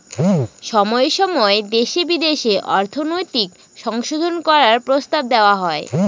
সময় সময় দেশে বিদেশে অর্থনৈতিক সংশোধন করার প্রস্তাব দেওয়া হয়